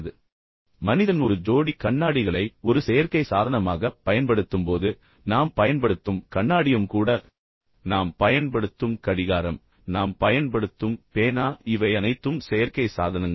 உதாரணமாக மனிதன் ஒரு ஜோடி கண்ணாடிகளை ஒரு செயற்கை சாதனமாகப் பயன்படுத்தும்போது நாம் பயன்படுத்தும் கண்ணாடியும் கூட நாம் பயன்படுத்தும் கடிகாரம் நாம் பயன்படுத்தும் பேனா இவை அனைத்தும் செயற்கை சாதனங்கள்